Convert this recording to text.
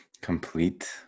Complete